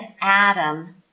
Adam